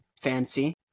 fancy